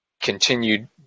continued